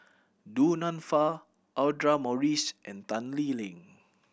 Du Nanfa Audra Morrice and Tan Lee Leng